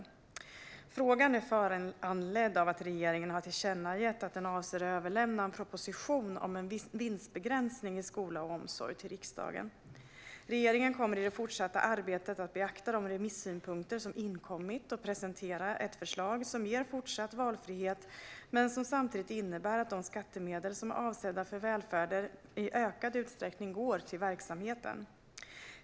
Svar på interpellationer Frågan är föranledd av att regeringen har tillkännagett att den avser att överlämna en proposition om en vinstbegränsning i skola och omsorg till riksdagen. Regeringen kommer i det fortsatta arbetet att beakta de remisssynpunkter som inkommit och presentera ett förslag som ger fortsatt valfrihet men som samtidigt innebär att de skattemedel som är avsedda för välfärden går till verksamheten i ökad utsträckning.